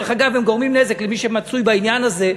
דרך אגב, הם גורמים נזק למי שמצוי בעניין הזה,